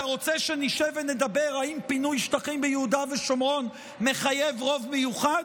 אתה רוצה שנשב ונדבר אם פינוי שטחים ביהודה ושומרון מחייב רוב מיוחד?